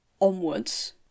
onwards